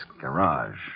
garage